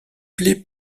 plaies